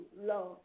love